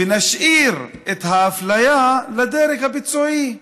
ונשאיר את האפליה לדרג הביצועי.